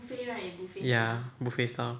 ya buffet style